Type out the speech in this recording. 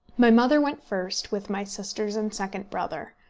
my mother went first, with my sisters and second brother.